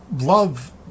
love